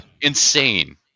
Insane